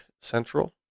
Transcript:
Central